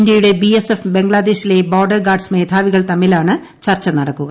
ഇന്ത്യയുടെ B S F ബംഗ്ലാദേശിലെ border guards മേധാവികൾ തമ്മിലാണ് ചർച്ച നടക്കുക